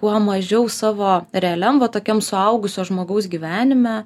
kuo mažiau savo realiam va tokiam suaugusio žmogaus gyvenime